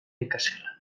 ikasgelan